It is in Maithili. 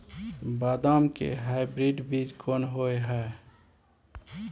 बदाम के हाइब्रिड बीज कोन होय है?